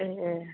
ए